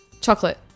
Chocolate